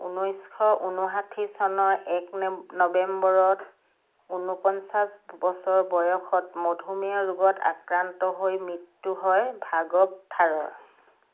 ঊনৈছশ উন্নষাঠি চনৰ এক ন নৱেম্বৰত উনপঞ্চাছ বছৰ বয়সত মধুমেহ ৰোগত আক্ৰান্ত হৈ মৃত্যু হয় ভাগৱ থাৰৰ